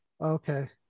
Okay